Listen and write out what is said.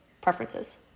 preferences